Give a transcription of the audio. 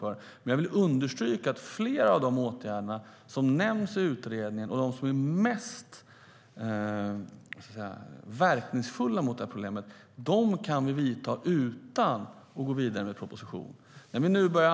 Låt mig dock understryka att flera av de åtgärder som nämns i utredningen och som är mest verkningsfulla mot problemet kan vi vidta utan att gå vidare med proposition.